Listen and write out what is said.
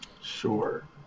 Sure